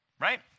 right